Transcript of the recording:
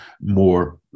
more